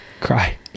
Cry